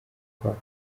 kwaka